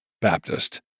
Baptist